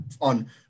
on